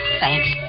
thanks